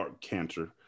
cancer